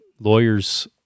Lawyers